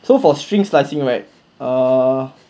so for string slicing right err